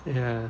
ya